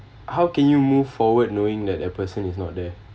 how can you move forward knowing that that person is not there